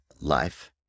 life